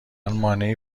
مانعی